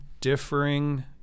differing